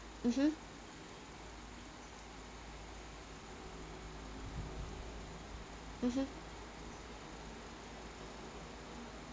mmhmm mmhmm